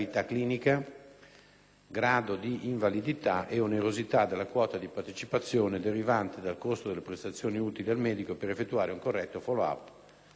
grado di invalidità e onerosità della quota di partecipazione derivante dal costo delle prestazioni utili al medico per effettuare un corretto *follow up* della malattia.